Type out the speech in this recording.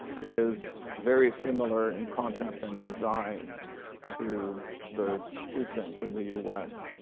is very similar in concept and design to the two cents from the us.